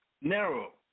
narrow